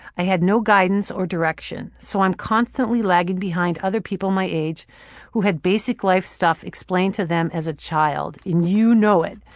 i had no guidance or direction, so i'm constantly lagging behind other people my age who had basic life stuff explained to them as a child. and you know it.